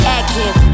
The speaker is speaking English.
active